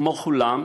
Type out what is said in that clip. כמו כולם,